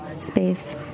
space